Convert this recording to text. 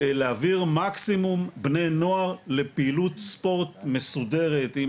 להעביר מקסימום בני נוער לפעילות ספורט מסודרת עם